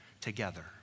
together